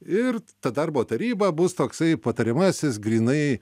ir ta darbo taryba bus toksai patariamasis grynai